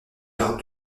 par